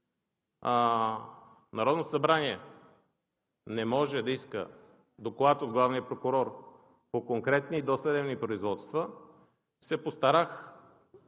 Народното събрание не може да иска доклад от главния прокурор по конкретни и досъдебни производства, се постарах